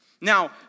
Now